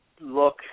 look